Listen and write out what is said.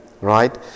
right